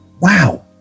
Wow